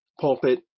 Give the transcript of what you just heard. pulpit